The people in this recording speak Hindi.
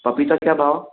पपीता क्या भाव